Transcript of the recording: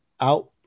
out